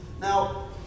Now